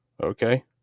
Okay